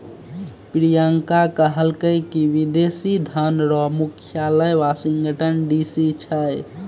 प्रियंका कहलकै की विदेशी धन रो मुख्यालय वाशिंगटन डी.सी छै